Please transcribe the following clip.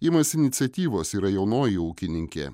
imasi iniciatyvos yra jaunoji ūkininkė